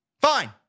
Fine